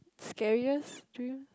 scariest dream